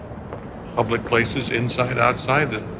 public places inside, outside the